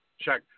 Check